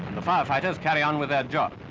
the firefighters carry on with their job,